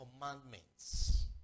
commandments